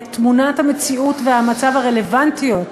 את תמונת המציאות ותמונת המצב הרלוונטיות